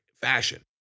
fashion